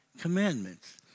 commandments